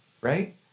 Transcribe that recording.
Right